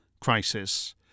crisis